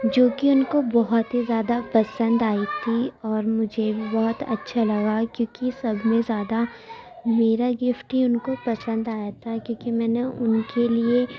جو کہ ان کو بہت ہی زیادہ پسند آئی تھی اور مجھے بھی بہت اچھا لگا کیونکہ سب میں زیادہ میرا گفٹ ہی ان کو پسند آیا تھا کیونکہ میں نے ان کے لیے